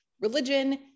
religion